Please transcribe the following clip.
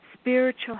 spiritual